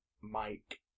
Mike